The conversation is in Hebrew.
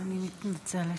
אני מתנצלת,